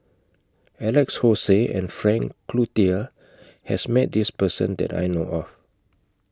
Alex Josey and Frank Cloutier has Met This Person that I know of